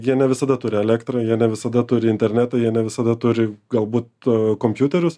jie ne visada turi elektrą jie ne visada turi internetą jei ne visada turi galbūt kompiuterius